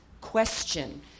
question